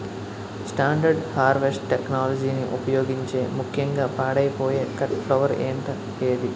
Standard harvest టెక్నాలజీని ఉపయోగించే ముక్యంగా పాడైపోయే కట్ ఫ్లవర్ పంట ఏది?